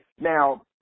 Now